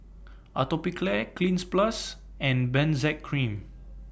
Atopiclair Cleanz Plus and Benzac Cream